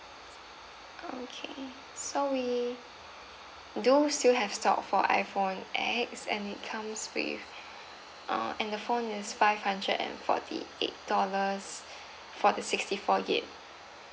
okay so we do still have stock for iphone X and it comes with uh and the phone is five hundred and forty eight dollars for the sixty four gig